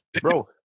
Bro